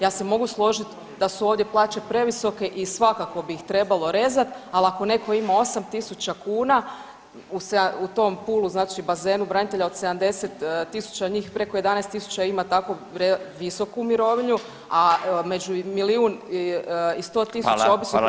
Ja se mogu složiti da su ovdje plaće previsoke i svakako bi ih trebalo rezati, ali ako netko ima 8 tisuća kuna u tom poolu, znači bazenu branitelja od 70 000 njih, preko 11 tisuća ima tako visoku mirovinu, a među milijun i 100 tisuća običnih